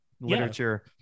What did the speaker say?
literature